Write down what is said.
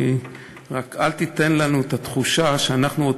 רק אל תיתן לנו את התחושה שאנחנו עוד